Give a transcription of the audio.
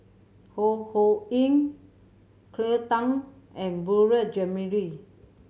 Ho Ho Ying Cleo Thang and Beurel Jean Marie